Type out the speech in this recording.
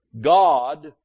God